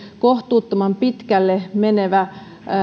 kohtuuttoman pitkälle menevä